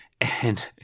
and-